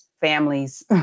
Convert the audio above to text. families